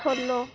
follow